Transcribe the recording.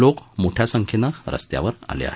लोक मोठया संख्येनं रस्त्यावर आले आहेत